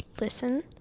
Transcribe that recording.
listen